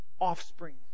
Offspring